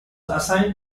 assigned